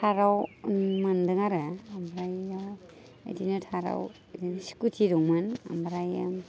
थार्डआव मोन्दों आरो ओमफ्राय दा बिदिनो थार्डआव बिदिनो स्कुटि दंमोन ओमफ्रायो